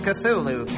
Cthulhu